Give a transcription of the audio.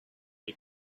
you